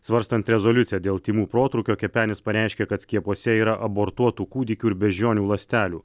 svarstant rezoliuciją dėl tymų protrūkio kepenis pareiškė kad skiepuose yra abortuotų kūdikių ir beždžionių ląstelių